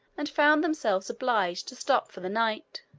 and found themselves obliged to stop for the night.